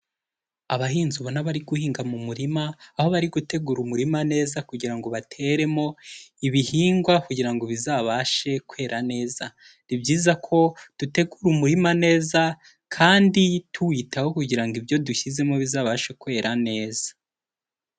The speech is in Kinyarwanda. Abahinzi ubona bari guhinga mu murima, aho bari gutegura umurima neza kugira ngo bateremo ibihingwa kugira ngo bizabashe kwera neza, ni byiza ko dutegura umurima neza kandi tuwitaho kugira ngo ibyo dushyizemo bizabashe kwera neza